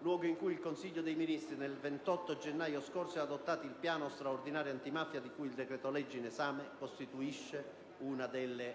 luogo in cui il Consiglio dei ministri del 28 gennaio scorso ha adottato il piano straordinario antimafia, di cui il decreto-legge in esame costituisce una delle